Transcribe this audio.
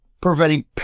preventing